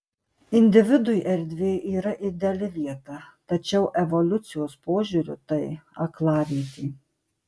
individui erdvė yra ideali vieta tačiau evoliucijos požiūriu tai aklavietė